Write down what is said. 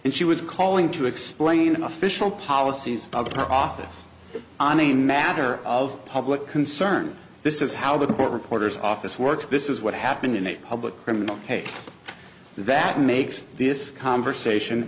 and she was calling to explain an official policies of her office on a matter of public concern this is how the court reporter's office works this is what happened in a public criminal case that makes this conversation